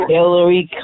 Hillary